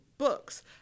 books